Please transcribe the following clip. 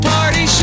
Party